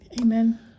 Amen